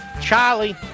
Charlie